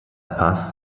paz